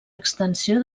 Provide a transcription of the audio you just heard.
extensió